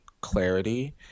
clarity